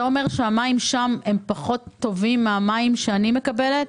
אתה אומר שהמים שם פחות טובים מהמים שאני מקבלת?